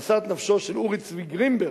משאת נפשו של אורי צבי גרינברג,